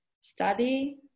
study